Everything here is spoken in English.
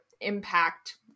impact